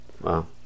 Wow